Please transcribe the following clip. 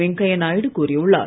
வெங்கையா நாயுடு கூறியுள்ளார்